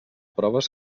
proves